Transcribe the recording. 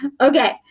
Okay